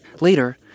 Later